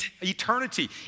eternity